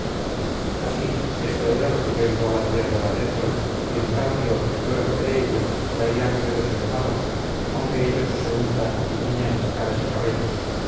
así esto era lo que yo llevaba tierra adentro y en cambio y trueco de ello traía cueros y almagra con que ellos se untan y tiñen las caras y cabellos